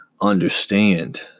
understand